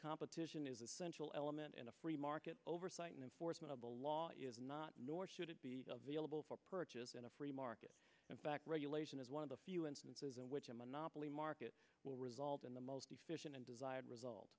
competition is essential element in a free market oversight and enforcement of the law is not nor should it be available for purchase in a free market and back regulation is one of the few instances in which a monopoly market will result in the most efficient and desired result